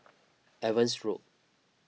Evans Road